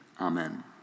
Amen